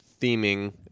theming